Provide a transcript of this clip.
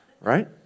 Right